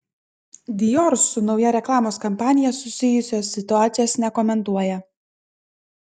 dior su nauja reklamos kampanija susijusios situacijos nekomentuoja